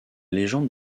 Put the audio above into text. légende